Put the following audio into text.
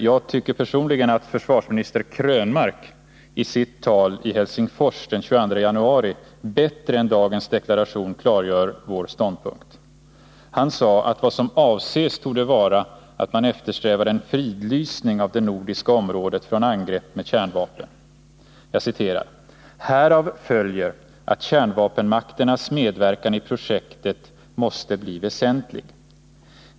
Jag tycker personligen att försvarsminister Krönmark i sitt tal i Helsingfors den 22 januari bättre än dagens deklaration klargör vår ståndpunkt. Han sade att vad som avses torde vara att man eftersträvar en fridlysning av det nordiska området från angrepp med kärnvapen. Han sade vidare: ”Härav följer att kärnvapenmakternas medverkan i projektet måste bli väsentlig.